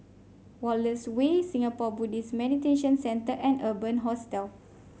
Wallace Way Singapore Buddhist Meditation Centre and Urban Hostel